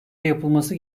yapılması